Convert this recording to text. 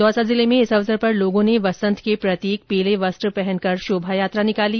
दौसा जिले में इस अवसर पर लोगों ने वसंत के प्रतीक पीले वस्त्र पहनकर शोभायात्रा निकाली